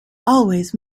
always